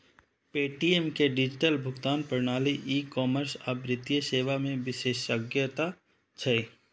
Paytm के digital भुगतान प्रणाली, ई कॉमर्स आ वित्तीय सेवा मे विशेषज्ञता छै